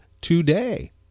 today